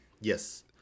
Yes